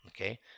Okay